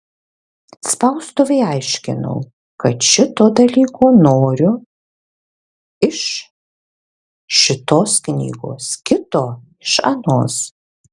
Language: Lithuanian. spaustuvei aiškinau kad šito dalyko noriu iš šitos knygos kito iš anos